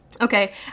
Okay